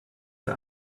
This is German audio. der